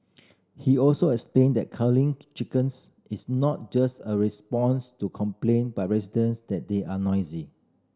he also explained that culling to chickens is not just a response to complaint by residents that they are noisy